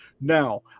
now